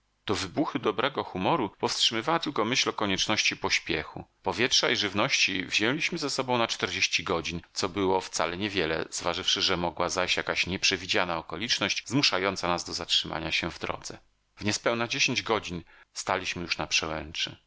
te wybuchy dobrego humoru powstrzymywała tylko myśl o konieczności pośpiechu powietrza i żywności wzięliśmy ze sobą na czterdzieści godzin co było wcale nie wiele zważywszy że mogła zajść jakaś nieprzewidziana okoliczność zmuszająca nas do zatrzymania się w drodze w niespełna dziesięć godzin staliśmy już na przełęczy